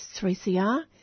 3CR